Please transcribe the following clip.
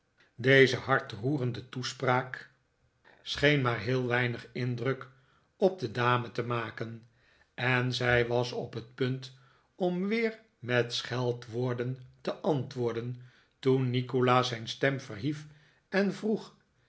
deze hartroerende toespraak scheen maar heel weinig indruk op de dame te maken en zij was op het punt om weer met scheldwoorden te antwoorden toen nikolaas zijn stem verhief en vroeg